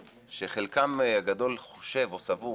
שחלקם הגדול חושב או סבור